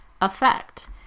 effect